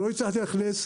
לא הצלחתי לאכלס,